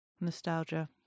nostalgia